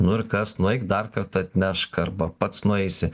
nu ir kas nueik dar kartą atnešk arba pats nueisi